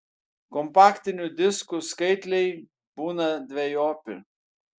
kompaktinių diskų skaitliai būna dvejopi